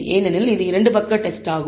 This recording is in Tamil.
ஏனெனில் இது இரண்டு பக்க டெஸ்ட் ஆகும்